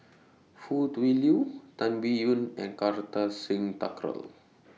Foo Tui Liew Tan Biyun and Kartar Singh Thakral